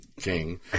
King